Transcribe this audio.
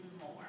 more